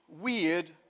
Weird